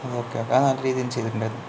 ഒക്കെ അപ്പോൾ നല്ല രീതിയില് ചെയ്തിട്ടുണ്ടായിരുന്നു